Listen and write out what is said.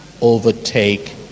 overtake